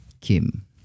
Kim